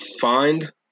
find